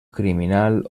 criminal